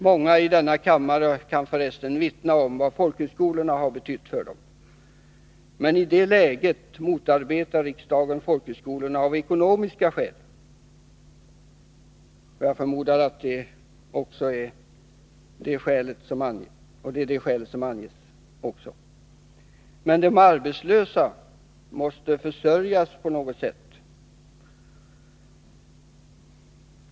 Många i denna kammare kan för resten vittna om vad folkhögskolorna har betytt för dem. Men i det läget motarbetar riksdagen folkhögskolorna av ekonomiska skäl. Men de arbetslösa måste försörjas på något sätt.